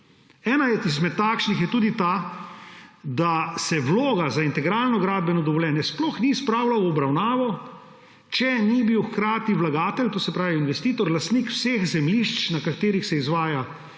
Ena izmed takšnih je tudi ta, da se vloga za integralno gradbeno dovoljenje sploh ni spravila v obravnavo, če ni bil hkrati vlagatelj, to se pravi investitor, lastnik vseh zemljišč, na katerih se izvaja gradnja.